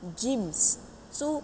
gyms so